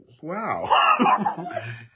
wow